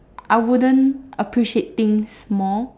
I wouldn't appreciate things more